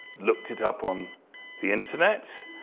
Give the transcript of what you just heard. looked it up on the internet,